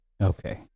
Okay